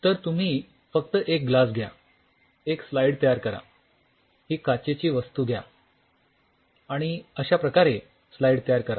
तर तुम्ही फक्त एक ग्लास घ्या एक स्लाईड तयार करा ही काचेची वस्तू घ्या आणि अश्या प्रकारे स्लाईड तयार करा